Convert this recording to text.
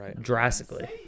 drastically